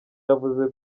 yavuze